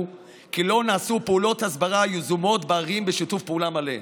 כי לא נעשו פעולות הסברה יזומות בערים בשיתוף פעולה מלא.